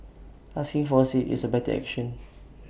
asking for A seat is A better action